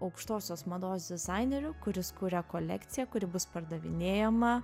aukštosios mados dizaineriu kuris kuria kolekciją kuri bus pardavinėjama